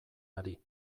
ari